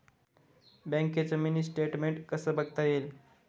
बँकेचं mini statement कसं बघता येईल?